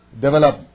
develop